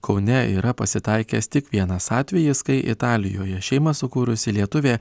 kaune yra pasitaikęs tik vienas atvejis kai italijoje šeimą sukūrusi lietuvė